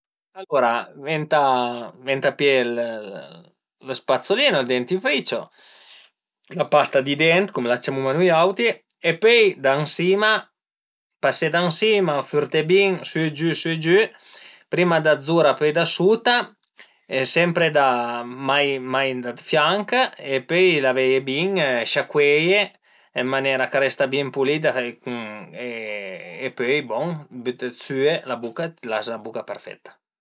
Alura venta venta pìé lë spazzolino, ël dentifricio, la pasta di dent cume la ciamuma nui auti e pöi da ën sima, pasé da ën sima, fërté bin sü giü, sü giü, prima da zura pöi da suta e sempre da, mai mai dë fianch e pöi laveie bin, sciacueie ën manera ch'a resta bin pulida e pöi bon, süe la buca e las la buca perfetta